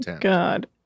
God